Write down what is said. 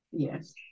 Yes